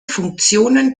funktionen